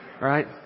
right